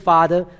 Father